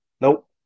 Nope